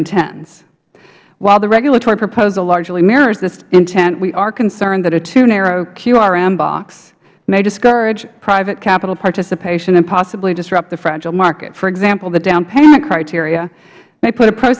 intends while the regulatory proposal largely mirrors this intent we are concerned that a too narrow qrm box may discourage private capital participation and possibly disrupt the fragile market for example the down payment criteria may put a pro